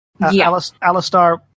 Alistar